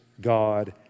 God